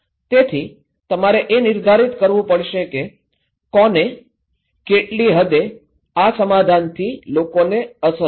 તેથી તમારે એ નિર્ધારિત કરવું પડશે કે કોને કેટલી હદે આ સમાધાનથી લોકોને અસર થશે